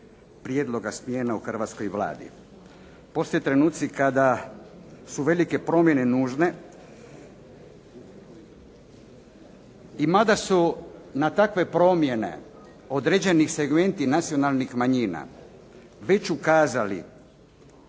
prijedloga smjena u hrvatskoj Vladi. Postoje trenuci kada su velike promjene nužne i mada su na takve promjene određeni segmenti nacionalnih manjina već ukazali